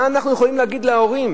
מה אנחנו יכולים להגיד להורים